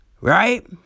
right